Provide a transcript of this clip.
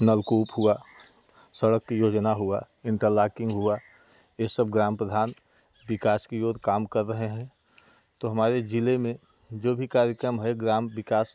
नलकूप हुआ सड़क योजना हुी इंटरलाकिंग हुी ये सब ग्राम प्रधान विकास की ओर काम कर रहे हैं तो हमारे ज़िले में जो भी कार्यक्रम है ग्राम विकास